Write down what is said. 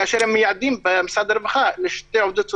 כאשר מייעדים במשרד הרווחה שתי עובדות סוציאליות,